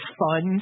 fun